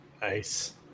Nice